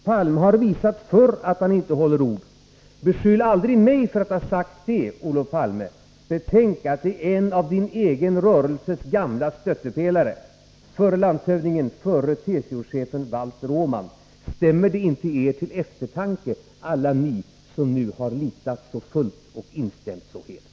Palme har visat förr att han inte håller ord.” Beskyll aldrig mig för att ha sagt det, Olof Palme! Betänk att det är en av den egna rörelsens stöttepelare, Olof Palme — förre landshövdingen, förre TCO-chefen, Valter Åman. Stämmer det inte er till eftertanke, alla ni som nu har litat så fullt och instämt så helt?